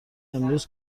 امروز